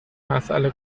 مسئله